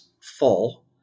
full